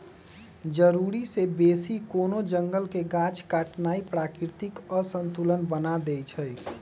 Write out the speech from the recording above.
जरूरी से बेशी कोनो जंगल के गाछ काटनाइ प्राकृतिक असंतुलन बना देइछइ